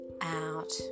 out